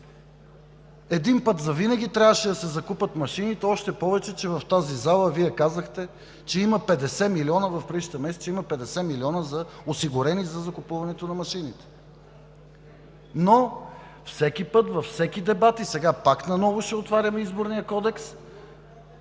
Един път завинаги трябваше да се закупят машините и още повече в тази зала Вие казахте в предишните месеци, че има 50 милиона, осигурени за закупуването на машините. Но всеки път, във всеки дебат и сега пак наново ще отваряме Изборния кодекс